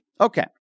Okay